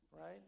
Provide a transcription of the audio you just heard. right